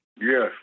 Yes